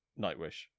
Nightwish